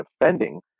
defending